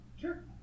Sure